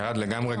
ירד לגמרי.